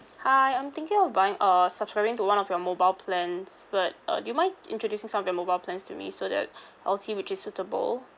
hi I'm thinking of buying uh subscribing to one of your mobile plans but uh do you mind introducing some of your mobile plans to me so that I'll see which is suitable